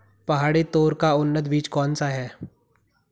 पहाड़ी तोर का उन्नत बीज कौन सा है?